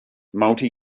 multi